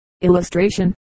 illustration